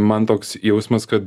man toks jausmas kad